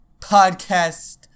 podcast